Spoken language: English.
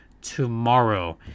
tomorrow